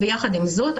ועם זאת,